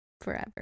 forever